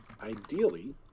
ideally